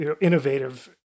innovative